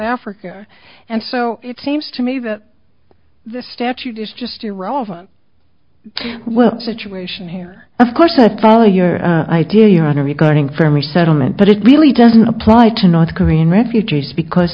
africa and so it seems to me that the statute is just irrelevant situation here of course i follow your idea your honor regarding family settlement but it really doesn't apply to north korean refugees because